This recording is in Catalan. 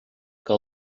que